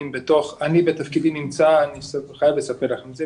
אני חייב לספר לכם את זה,